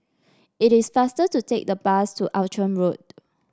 it is faster to take the bus to Outram Road